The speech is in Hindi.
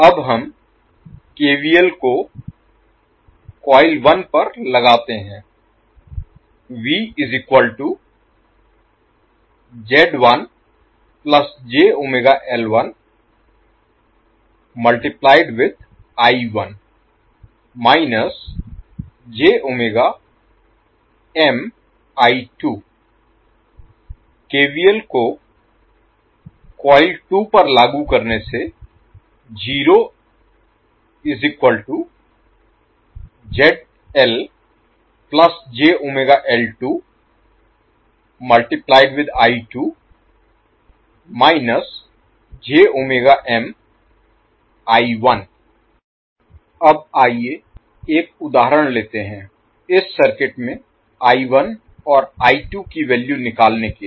अब हम केवीएल को कॉइल 1 पर लगाते हैं केवीएल को कॉइल 2 पर लागू करने से अब आइए एक उदाहरण लेते हैं इस सर्किट में और की वैल्यू निकालने के लिए